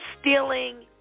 stealing